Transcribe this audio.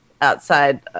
outside